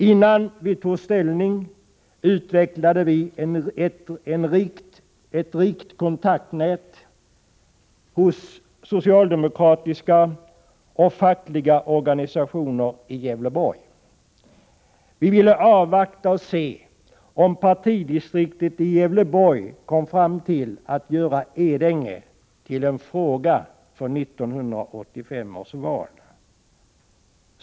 Innan vi tog ställning utvecklade vi ett rikt kontaktnät hos socialdemokratiska och fackliga organisationer i Gävleborg. Vi ville avvakta och se om partidistriktet i Gävleborg kom fram till att göra Edänge till en fråga för 1985 års val.